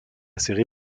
série